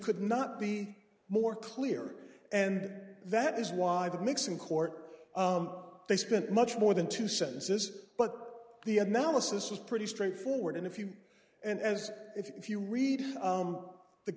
could not be more clear and that is why the mix in court they spent much more than two sentences but the analysis was pretty straightforward and if you and as if you read